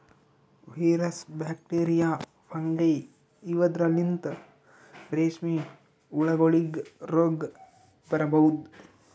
virus, bacteria, fungi ಇವದ್ರಲಿಂತ್ ರೇಶ್ಮಿ ಹುಳಗೋಲಿಗ್ ರೋಗ್ ಬರಬಹುದ್